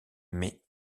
mais